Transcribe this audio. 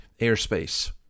airspace